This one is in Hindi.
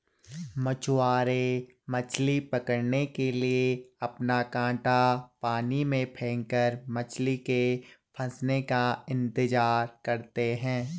मछुआरे मछली पकड़ने के लिए अपना कांटा पानी में फेंककर मछली के फंसने का इंतजार करते है